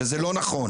שזה לא נכון.